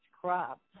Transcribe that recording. crop